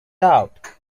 out